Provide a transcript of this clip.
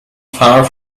far